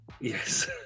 yes